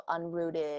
unrooted